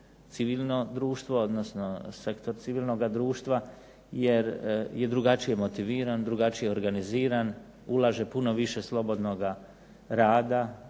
civilno društvo odnosno sektor civilnoga društva jer je drugačije motiviran, drugačije organiziran, ulaže puno više slobodnoga rada,